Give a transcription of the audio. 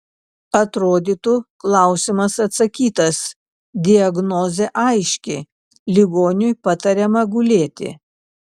atrodytų klausimas atsakytas diagnozė aiški ligoniui patariama gulėti